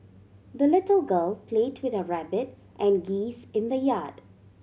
the little girl play with her rabbit and geese in the yard